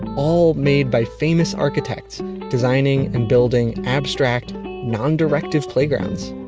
all made by famous architect designing and building abstract non-directive playgrounds.